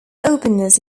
openness